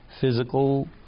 physical